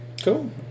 Cool